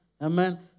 Amen